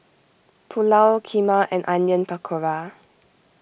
Pulao Kheema and Onion Pakora